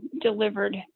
delivered